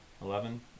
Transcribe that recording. Eleven